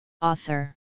Author